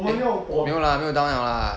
eh 没有啦没有 down liao lah